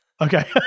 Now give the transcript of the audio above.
Okay